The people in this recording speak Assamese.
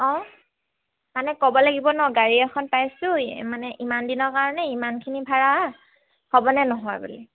অঁ মানে ক'ব লাগিব ন গাড়ী এখন পাইছোঁ মানে ইমান দিনৰ কাৰণে ইমানখিনি ভাড়া হ'বনে নহয় বুলি